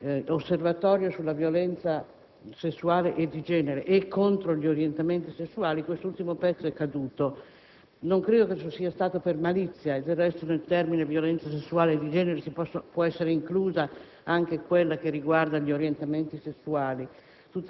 all'Osservatorio sulla violenza sessuale e di genere e contro gli orientamenti sessuali, quest'ultimo punto è caduto. Non credo che ciò sia avvenuto per malizia; del resto nell'espressione «violenza sessuale e di genere» può essere inclusa anche quella che riguarda gli orientamenti sessuali.